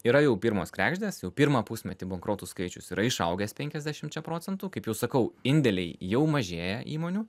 yra jau pirmos kregždės jau pirmą pusmetį bankrotų skaičius yra išaugęs penkiasdešimčia procentų kaip jau sakau indėliai jau mažėja įmonių